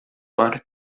mar